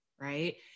right